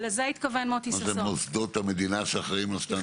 ולזה התכוון מוטי ששון -- מה זה מוסדות המדינה שאחראים על סטנדרט?